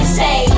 say